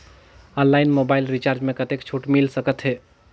Online mobile recharge मे कतेक छूट मिल सकत हे?